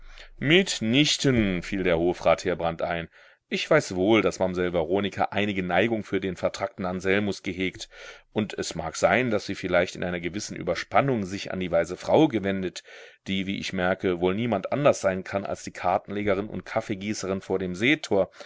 nichten fiel der hofrat heerbrand ein ich weiß wohl daß mamsell veronika einige neigung für den vertrakten anselmus gehegt und es mag sein daß sie vielleicht in einer gewissen überspannung sich an die weise frau gewendet die wie ich merke wohl niemand anders sein kann als die kartenlegerin und kaffeegießerin vor dem seetor